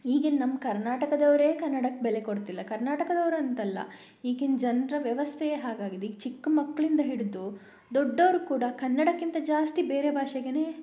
ಈಗಿನ ನಮ್ಮ ಕರ್ನಾಟಕದವರೇ ಕನ್ನಡಕ್ಕೆ ಬೆಲೆ ಕೊಡ್ತಿಲ್ಲ ಕರ್ನಾಟಕದವ್ರು ಅಂತಲ್ಲ ಈಗಿನ ಜನರ ವ್ಯವಸ್ಥೆಯೇ ಹಾಗಾಗಿದೆ ಈಗ ಚಿಕ್ಕ ಮಕ್ಕಳಿಂದ ಹಿಡಿದು ದೊಡ್ಡವರು ಕೂಡ ಕನ್ನಡಕ್ಕಿಂತ ಜಾಸ್ತಿ ಬೇರೆ ಭಾಷೆಗೇ